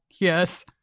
Yes